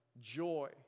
joy